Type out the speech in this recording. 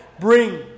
bring